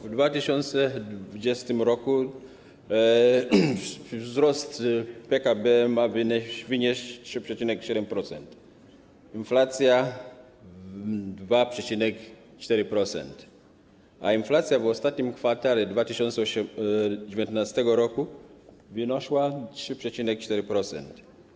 W 2020 r. wzrost PKB ma wynieść 3,7%, inflacja - 2,4%, a inflacja w ostatnim kwartale 2019 r. wynosiła 3,4%.